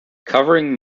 covering